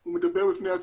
הוא מדבר בפני עצמו.